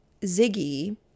Ziggy